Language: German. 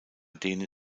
denen